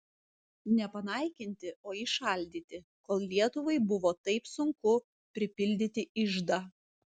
ne panaikinti o įšaldyti kol lietuvai buvo taip sunku pripildyti iždą